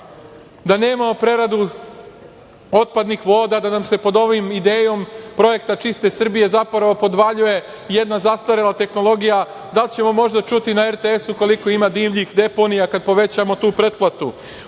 da nemamo preradu otpadnih voda, da nam se pod ovom idejom projekta „Čiste Srbije“ zapravo podvaljuje jedna zastarela tehnologija? Da li ćemo možda čuti na RTS-u koliko ima divljih deponija kada povećamo tu pretplatu?